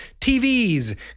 tvs